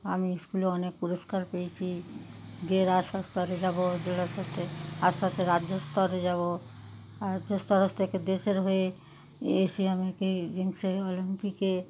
আমি স্কুলে অনেক পুরস্কার পেয়েছি জেলা আস স্তরে যাব জেলা স্তর থেকে আস্তে আস্তে রাজ্য স্তরে যাব রাজ্য স্তরের থেকে দেশের হয়ে রেসে আমাকে অলিম্পিকে